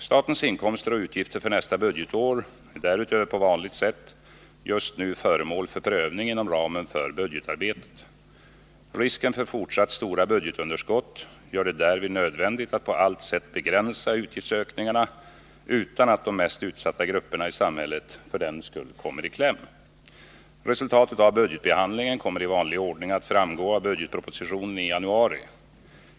Statens inkomster och utgifter för nästa budgetår är därutöver på vanligt sätt just nu föremål för prövning inom ramen för budgetarbetet. Risken för fortsatt stora budgetunderskott gör det därvid nödvändigt att på allt sätt begränsa utgiftsökningarna utan att de mest utsatta grupperna i samhället för den skull kommer i kläm. Resultatet av budgetbehandlingen kommer ii vanlig ordning att framgå av budgetpropositionen i januari.